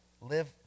live